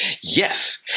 Yes